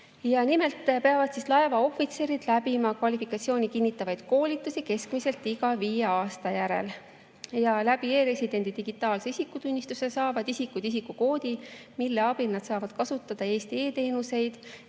Nimelt peavad laevaohvitserid läbima kvalifikatsiooni kinnitavaid koolitusi keskmiselt iga viie aasta järel. E‑residendi digitaalse isikutunnistusega saavad isikud isikukoodi, mille abil nad saavad kasutada Eesti e‑teenuseid